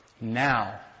Now